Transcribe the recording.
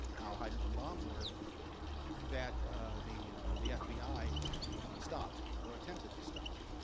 how hydrogen bonds work that the the fbi stopped, or attempted to stop,